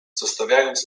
zostawiając